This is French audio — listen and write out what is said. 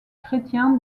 chrétien